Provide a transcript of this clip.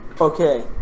Okay